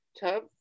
Tub